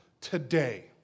today